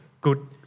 good